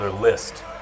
list